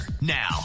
Now